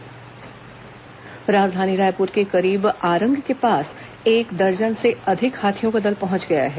हाथी विचरण राजधानी रायपुर के करीब आरंग के आसपास एक दर्जन से अधिक हाथियों का दल पहुंच गया है